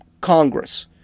Congress